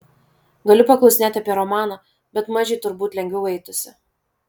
galiu paklausinėti apie romaną bet mažei turbūt lengviau eitųsi